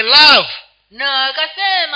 love